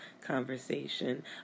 conversation